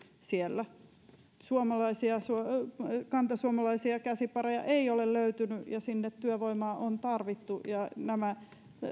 siellä kantasuomalaisia käsipareja ei ole löytynyt ja sinne työvoimaa on tarvittu ja nämä